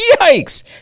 Yikes